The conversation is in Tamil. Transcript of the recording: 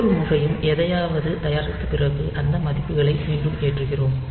ஒவ்வொரு முறையும் எதையாவது தயாரித்த பிறகு இந்த மதிப்புகளை மீண்டும் ஏற்றுகிறோம்